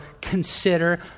consider